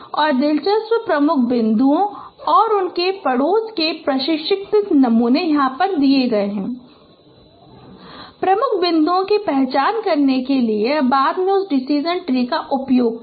और दिलचस्प प्रमुख बिंदुओं और उनके पड़ोस के प्रशिक्षण नमूने दिए गए मुख्य बिंदुओं की पहचान करने के लिए बाद में उस डिसिजन ट्री का उपयोग करें